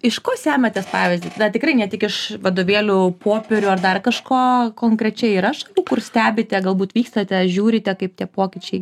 iš ko semiatės pavyzdį na tikrai ne tik iš vadovėlių popierių ar dar kažko konkrečiai ir aš kur stebite galbūt vykstate žiūrite kaip tie pokyčiai